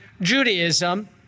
Judaism